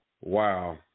Wow